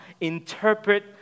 Interpret